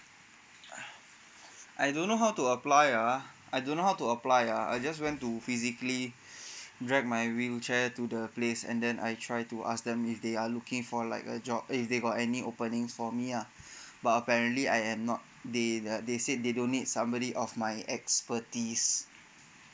I don't know how to apply ah I don't know how to apply ah I just went to physically drag my wheelchair to the place and then I try to ask them if they are looking for like a job eh they got any openings for me ah but apparently I am not they that they said they don't need somebody of my expertise